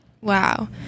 Wow